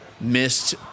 missed